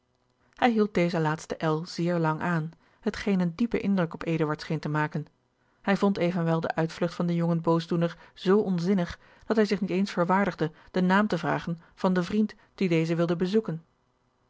hij hield deze laatste l zeer lang aan hetgeen een diepen indruk op eduard scheen te maken hij vond evenwel de uitvlugt van den jongen boosdoener zoo onzinnig dat hij zich niet eens verwaardigde den naam te vragen van den vriend dien deze wilde bezoeken